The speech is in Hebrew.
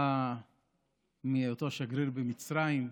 בא מהיותו שגריר במצרים,